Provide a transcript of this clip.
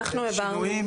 שינויים